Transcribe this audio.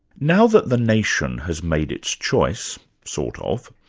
now that the nation has made its choice, sort of,